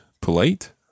Polite